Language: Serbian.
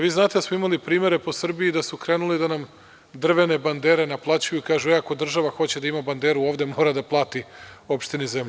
Vi znate da smo imali primera po Srbiji da su krenuli da nam drvene bandere naplaćuju, kažu – e, ako država hoće da ima banderu ovde, mora da plati opštini zemlju.